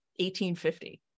1850